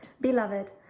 Beloved